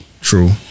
true